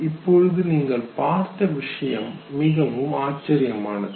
இப்பொழுது நீங்கள் பார்த்த விஷயம் மிகவும் ஆச்சரியமானது